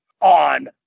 on